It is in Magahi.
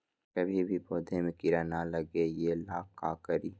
कभी भी पौधा में कीरा न लगे ये ला का करी?